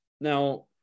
now